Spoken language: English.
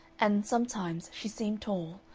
and sometimes she seemed tall,